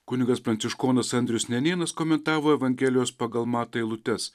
kunigas pranciškonas andrius nenėnas komentavo evangelijos pagal matą eilutes